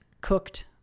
cooked